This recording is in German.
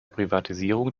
privatisierung